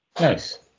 Nice